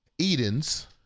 Eden's